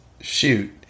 shoot